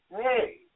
hey